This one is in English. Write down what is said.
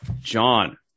John